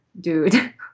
dude